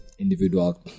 individual